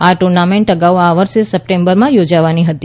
આ ટૂર્નામેન્ટ અગાઉ આ વર્ષે સપ્ટેમ્બરમાં યોજાવાની હતી